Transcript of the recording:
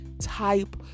type